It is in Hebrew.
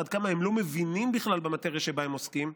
עד כמה הם לא מבינים בכלל במטריה שבה הם עוסקים,